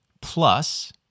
plus